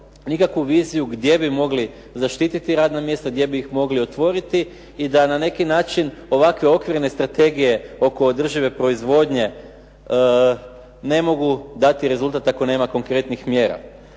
nikakvu viziju gdje bi mogli zaštititi radno mjesto, gdje bi ih mogli otvoriti i da na neki način ovakve okvirne strategije oko održive proizvodnje ne mogu dati rezultat ako nema konkretnih mjera.